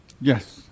Yes